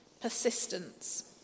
Persistence